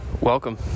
Welcome